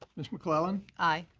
ms. mcclellan. aye.